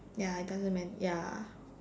ya it doesn't matter ya